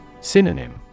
Synonym